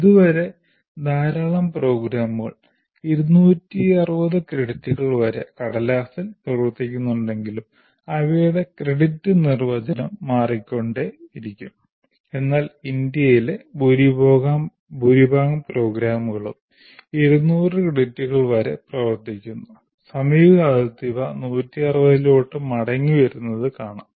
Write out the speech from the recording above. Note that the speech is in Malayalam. ഇതുവരെ ധാരാളം പ്രോഗ്രാമുകൾ 260 ക്രെഡിറ്റുകൾ വരെ കടലാസിൽ പ്രവർത്തിക്കുന്നുണ്ടെങ്കിലും അവയുടെ ക്രെഡിറ്റ് നിർവചനം മാറിക്കൊണ്ടിരിക്കും എന്നാൽ ഇന്ത്യയിലെ ഭൂരിഭാഗം പ്രോഗ്രാമുകളും 200 ക്രെഡിറ്റുകൾ വരെ പ്രവർത്തിക്കുന്നു സമീപകാലത്ത് അവ 160 ഇലോട്ട് മടങ്ങിവരുന്നത് കാണാം